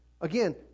again